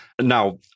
Now